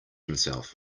himself